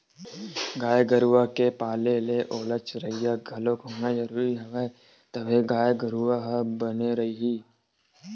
गाय गरुवा के पाले ले ओला चरइया घलोक होना जरुरी हवय तभे गाय गरु ह बने रइही